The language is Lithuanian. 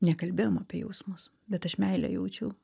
nekalbėjom apie jausmus bet aš meilę jaučiau